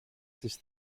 της